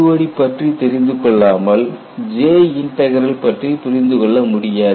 CTOD பற்றி தெரிந்து கொள்ளாமல் J இன்டக்ரல் பற்றி புரிந்து கொள்ள முடியாது